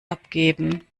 abgeben